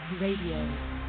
radio